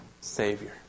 Savior